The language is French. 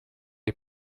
est